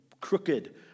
crooked